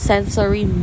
Sensory